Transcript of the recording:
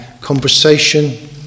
conversation